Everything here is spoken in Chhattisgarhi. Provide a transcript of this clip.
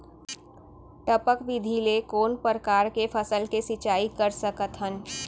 टपक विधि ले कोन परकार के फसल के सिंचाई कर सकत हन?